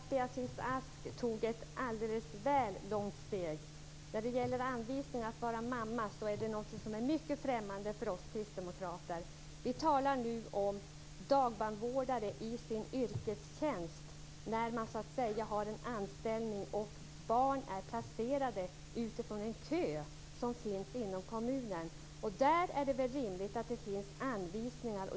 Fru talman! Nu tycker jag att Beatrice Ask gick väl långt. Anvisningar för hur man skall vara mamma är mycket främmande för oss kristdemokrater. Vi talar nu om dagbarnvårdare i sin yrkestjänst. Vi talar om dem som har en anställning och som har barn placerade utifrån en kö som finns inom kommunen. I de fallen är det rimligt att det finns anvisningar.